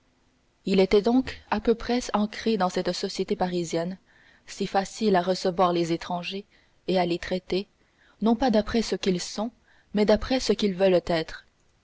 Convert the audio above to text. il était donc à peu près ancré dans cette société parisienne si facile à recevoir les étrangers et à les traiter non pas d'après ce qu'ils sont mais d'après ce qu'ils veulent être